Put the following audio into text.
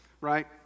right